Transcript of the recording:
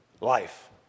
life